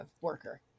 worker